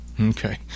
Okay